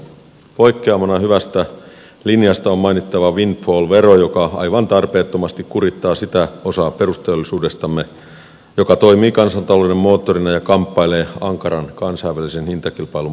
poikkeamana hyvästä linjasta on mainittava windfall vero joka aivan tarpeettomasti kurittaa sitä osaa perusteollisuudestamme joka toimii kansantalouden moottorina ja kamppailee ankaran kansainvälisen hintakilpailun paineissa